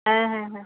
ᱦᱮᱸ ᱦᱮᱸ ᱦᱮᱸ